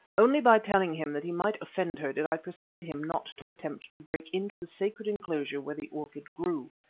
only by telling him that he might offend her did i persuade him not to attempt to break into the sacred enclosure where the orchid grew.